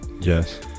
Yes